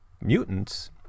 mutants